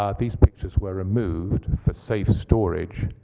ah these pictures were removed for safe storage,